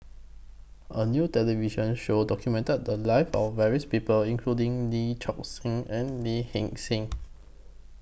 A New television Show documented The Lives of various People including Lee Choon Seng and Lee Hee Seng